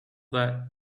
that